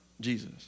Jesus